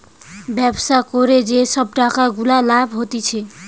ব্যবসা করে যে সব টাকা গুলা লাভ হতিছে